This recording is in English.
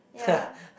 ya